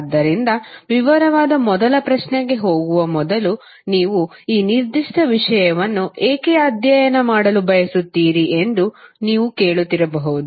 ಆದ್ದರಿಂದ ವಿವರವಾದ ಮೊದಲ ಪ್ರಶ್ನೆಗೆ ಹೋಗುವ ಮೊದಲು ನೀವು ಈ ನಿರ್ದಿಷ್ಟ ವಿಷಯವನ್ನು ಏಕೆ ಅಧ್ಯಯನ ಮಾಡಲು ಬಯಸುತ್ತೀರಿ ಎಂದು ನೀವು ಕೇಳುತ್ತಿರಬಹುದು